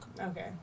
Okay